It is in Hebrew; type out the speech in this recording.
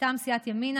מטעם סיעת ימינה,